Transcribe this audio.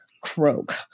croak